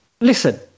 Listen